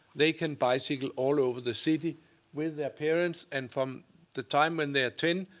they can bicycle all over the city with their parents. and from the time when they're ten,